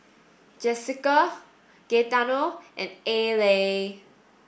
Jesica Gaetano and Allie